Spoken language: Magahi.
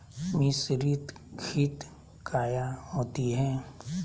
मिसरीत खित काया होती है?